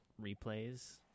replays